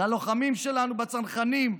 ללוחמים שלנו בצנחנים,